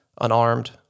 unarmed